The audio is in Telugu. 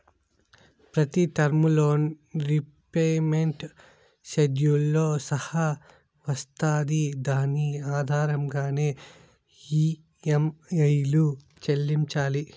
ప్రతి టర్ము లోన్ రీపేమెంట్ షెడ్యూల్తో సహా వస్తాది దాని ఆధారంగానే ఈ.యం.ఐలు చెల్లించాలి